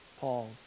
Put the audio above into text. paul